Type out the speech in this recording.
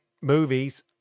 movies